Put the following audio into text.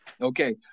Okay